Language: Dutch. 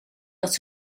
dat